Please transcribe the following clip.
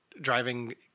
driving